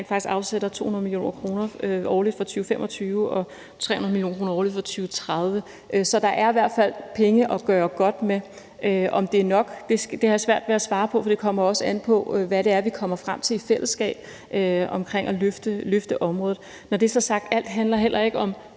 faktisk afsætter 200 mio. kr. årligt fra 2025 og 300 mio. kr. årligt fra 2030. Så der er i hvert fald penge at gøre godt med. Om det er nok, har jeg svært ved at svare på, for det kommer også an på, hvad det er, vi kommer frem til i fællesskab for at løfte området. Når det så er sagt, handler alt heller ikke om